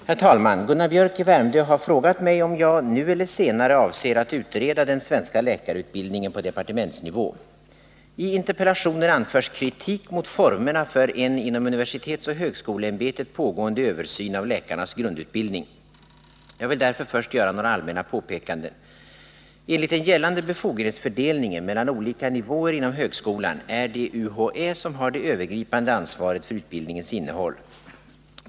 Herr talman! Gunnar Biörck i Värmdö har frågat mig om jag, nu eller senare, avser att utreda den svenska läkarutbildningen på departementsnivå. I interpellationen anförs kritik mot formerna för en inom universitetsoch högskoleämbetet pågående översyn av läkarnas grundutbildning. Jag vill därför först göra några allmänna påpekanden. Enligt den gällande befogenhetsfördelningen mellan olika nivåer inom högskolan är det UHÄ som har det övergripande ansvaret för utbildningens innehåll.